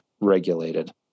regulated